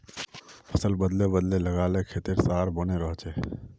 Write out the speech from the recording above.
फसल बदले बदले लगा ल खेतेर सहार बने रहछेक